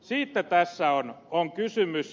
siitä tässä on kysymys